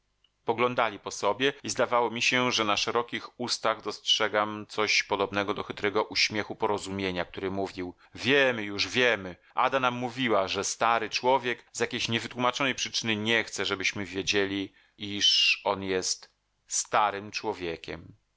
poglądali po sobie i zdawało mi się że na szerokich ustach dostrzegam coś podobnego do chytrego uśmiechu porozumienia który mówił wiemy już wiemy ada nam mówiła że stary człowiek z jakiejś niewytłumaczonej przyczyny nie chce żebyśmy wiedzieli iż on jest starym człowiekiem